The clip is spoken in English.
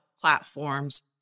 platforms